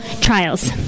trials